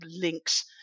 links